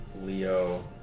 Leo